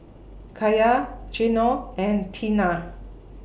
Kaia Geno and Teena